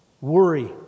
Worry